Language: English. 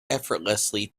effortlessly